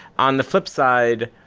on the flipside,